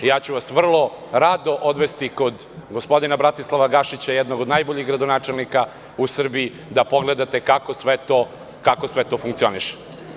Ja ću vas vrlo rado odvesti kod gospodina Bratislava Gašića, jednog od najboljih gradonačelnika u Srbiji, da pogledate kako sve to funkcioniše.